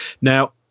Now